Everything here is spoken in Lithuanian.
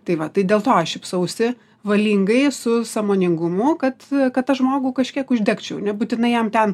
tai va tai dėl to aš šypsausi valingai su sąmoningumu kad kad tą žmogų kažkiek uždegčiau nebūtinai jam ten